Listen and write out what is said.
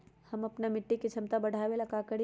हम अपना मिट्टी के झमता बढ़ाबे ला का करी?